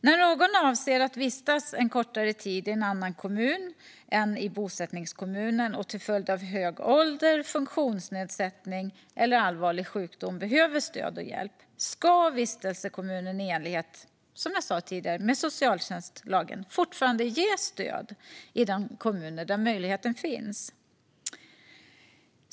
När någon avser att vistas en kortare tid i en annan kommun än i bosättningskommunen och till följd av hög ålder, funktionsnedsättning eller allvarlig sjukdom behöver stöd och hjälp ska vistelsekommunen i enlighet med socialtjänstlagen, som jag sa tidigare, fortfarande ge stöd i de kommuner där möjligheten finns.